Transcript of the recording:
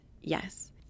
yes